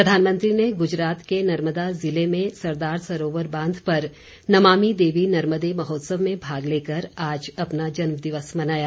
प्रधानमंत्री ने गुजरात के नर्मदा जिले में सरदार सरोवर बांध पर नमामि देवी नर्मदे महोत्सव में भाग लेकर आज अपना जन्मदिवस मनाया